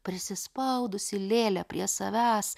prisispaudusi lėlę prie savęs